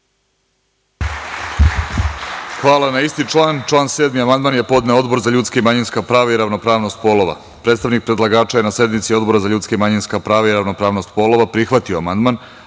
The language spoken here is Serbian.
Hvala. Na član 7. amandman je podneo Odbor za ljudska i manjinska prava i ravnopravnost polova. Predstavnik predlagača je na sednici Odbora za ljudska i manjinska prava i ravnopravnost polova prihvatio amandman,